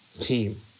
team